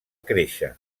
créixer